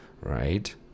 right